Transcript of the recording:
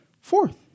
Fourth